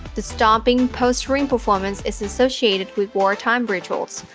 the stomping, posturing performance is associated with wartime rituals,